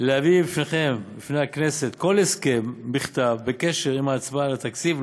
להביא בפני הכנסת כל הסכם בכתב בקשר עם ההצבעה על התקציב,